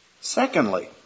Secondly